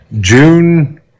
June